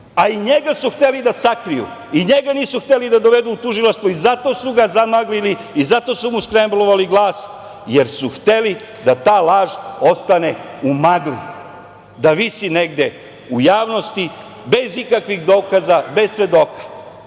A i njega su hteli da sakriju, ni njega nisu hteli da dovedu u tužilaštvo i zato su ga zamaglili i zato su mu skremblovali glas, jer su hteli da ta laž ostane u magli, da visi negde u javnosti, bez ikakvih dokaza, bez svedoka. Govori